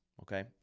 okay